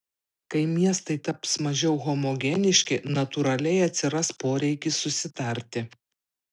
kai miestai taps mažiau homogeniški natūraliai atsiras poreikis susitarti